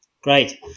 Great